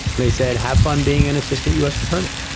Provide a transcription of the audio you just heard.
they said have fun being an assistant us attorney.